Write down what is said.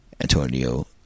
Antonio